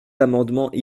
amendements